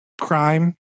crime